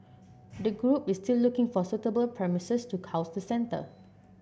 the group is still looking for suitable premises to house the centre